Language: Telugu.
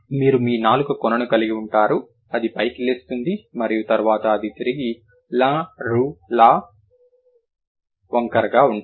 మీరు మీ నాలుక కొనను కలిగి ఉంటారు అది పైకి లేస్తుంది మరియు తర్వాత అది తిరిగి l ru లా వంకరగా ఉంటుంది